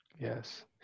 Yes